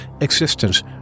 Existence